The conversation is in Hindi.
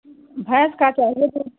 भैंस का चाहिए